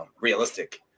realistic